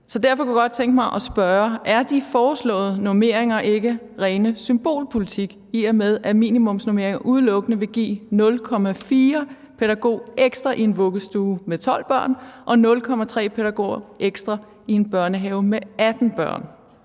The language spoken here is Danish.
Derfor kunne jeg godt tænke mig at spørge: Er de foreslåede normeringer ikke ren symbolpolitik, i og med at minimumsnormeringer udelukkende vil give 0,4 pædagog ekstra i en vuggestue med 12 børn og 0,3 pædagog ekstra i en børnehave med 18 børn?